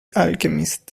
alchemist